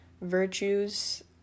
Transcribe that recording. virtues